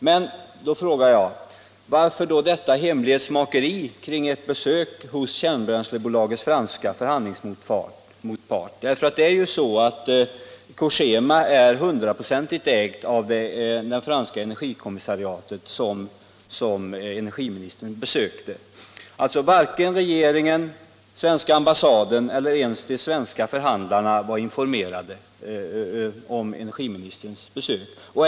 Men varför då detta hemlighetsmakeri kring ett besök hos Kärnbränsjnings franska förhandlingsmotpart? Cogema är ju hundraprocentigt ägt av det franska energikommissariatet, som energiministern besökte. Varken regeringen, svenska ambassaden eller ens de svenska förhandlarna var informerade om energiministerns besök.